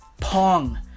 Pong